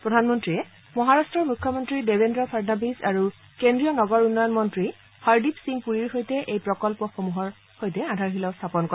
প্ৰধানমন্ত্ৰীয়ে মহাৰাট্টৰ মুখ্যমন্ত্ৰী দেবেন্দ্ৰ ফাড়ণাবীজ আৰু কেন্দ্ৰীয় নগৰ উন্নয়ন মন্ত্ৰী হৰদীপ সিং পুৰীৰ সৈতে এই প্ৰকল্পসমূহৰ সৈতে আধাৰিশলা স্থাপন কৰে